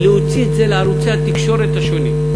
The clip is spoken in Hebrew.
שלי להוציא את זה לערוצי התקשורת השונים.